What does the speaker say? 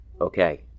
Okay